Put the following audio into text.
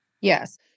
Yes